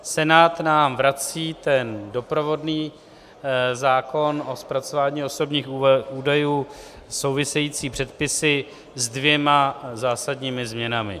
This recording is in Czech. Senát nám vrací ten doprovodný zákon o zpracování osobních údajů, související předpisy, s dvěma zásadními změnami.